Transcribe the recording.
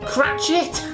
Cratchit